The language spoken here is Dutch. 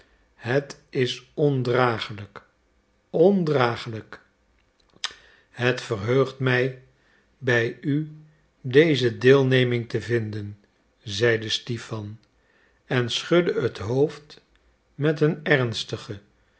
het is ondragelijk ondragelijk het verheugt mij bij u deze deelneming te vinden zeide stipan en schudde het hoofd met een ernstige